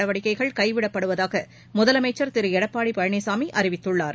நடவடிக்கைகள் கைவிடப்படுவதாக முதலமைச்சர் திரு எடப்பாடி பழனிசாமி அறிவித்துள்ளார்